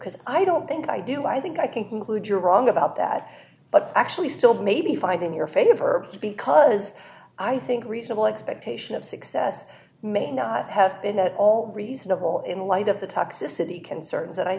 because i don't think i do i think i can conclude you're wrong about that but actually still maybe finding your favor because i think reasonable expectation of success may not have been at all reasonable in light of the toxicity concern